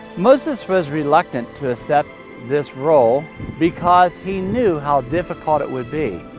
moses was reluctant to accept this role because he knew how difficult it would be.